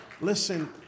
Listen